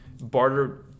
Barter